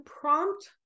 prompt